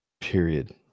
Period